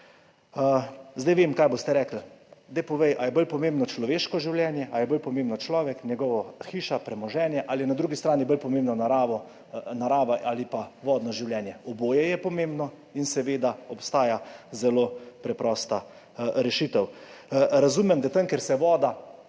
Zdaj vem, kaj boste rekli – daj povej, ali je bolj pomembno človeško življenje, ali je bolj pomemben človek, njegova hiša, premoženje, ali je na drugi strani bolj pomembna narava ali pa vodno življenje. Oboje je pomembno in seveda obstaja zelo preprosta rešitev. Razumem, da je tam, kjer se voda,